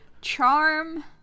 Charm